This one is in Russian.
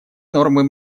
нормы